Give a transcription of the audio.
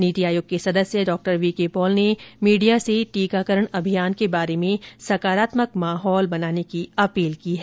नीति आयोग के सदस्य डॉ वी के पॉल ने मीडिया से टीकाकरण अभियान के बारे में सकारात्मक माहौल बनाने की अपील की है